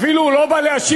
הוא אפילו לא בא להשיב.